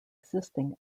existing